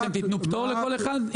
אתם תיתנו פטור לכל אחד?